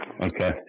Okay